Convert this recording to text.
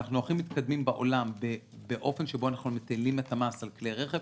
אנחנו הכי מתקדמים בעולם באופן שבו אנחנו מטילים את המס על כלי רכב,